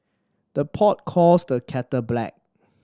the pot calls the kettle black